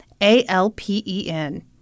A-L-P-E-N